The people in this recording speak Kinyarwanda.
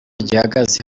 gihagaze